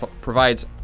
provides